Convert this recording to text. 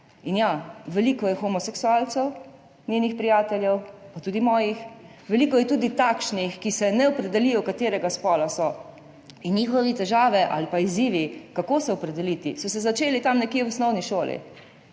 In ja, veliko njenih prijateljev je homoseksualcev, pa tudi mojih. Veliko je tudi takšnih, ki se ne opredelijo, katerega spola so, in njihove težave ali pa izzivi, kako se opredeliti, so se začeli tam nekje v osnovni šoli.